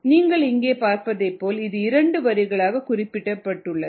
நீங்கள் இங்கே பார்ப்பதைப்போல் இது இரண்டு வரிகளாக குறிப்பிடப்பட்டுள்ளது